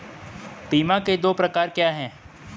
बीमा के दो प्रकार क्या हैं?